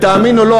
ותאמין או לא,